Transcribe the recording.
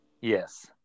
Yes